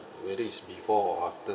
whether is before or after